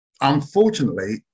unfortunately